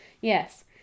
Yes